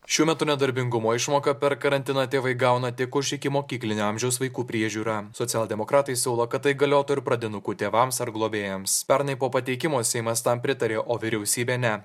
šiuo metu nedarbingumo išmoką per karantiną tėvai gauna tik už ikimokyklinio amžiaus vaikų priežiūrą socialdemokratai siūlo kad tai galiotų ir pradinukų tėvams ar globėjams pernai po pateikimo seimas tam pritarė o vyriausybė ne